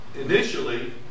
initially